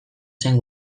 zen